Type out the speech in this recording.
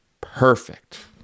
perfect